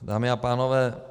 Dámy a pánové.